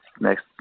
next